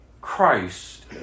Christ